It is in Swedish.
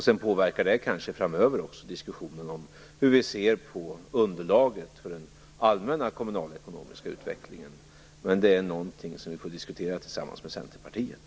Sedan kanske det framöver påverkar diskussionen om hur vi ser på underlaget för den allmänna kommunalekonomiska utvecklingen, men det är någonting som vi får diskutera tillsammans med Centerpartiet.